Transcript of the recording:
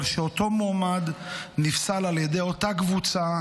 שאותו מועמד נפסל על ידי אותה קבוצה,